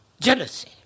jealousy